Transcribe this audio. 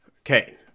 Okay